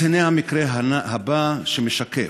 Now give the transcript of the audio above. אז הינה המקרה הבא, שמשקף: